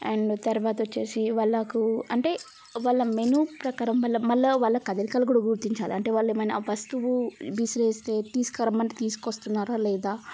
and తర్వాత వచ్చేసి వాళ్ళకు అంటే వాళ్ళ మెను ప్రకారం మళ్ళ వాళ్ళ కదలికలు కూడా గుర్తించాలి అంటే వాళ్ళు ఏమైన వస్తువు విసిరేస్తే తీసుకురమ్మంటే తీసుకొస్తున్నారా లేదా